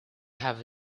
have